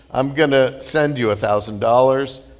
i'm going to send you a thousand dollars.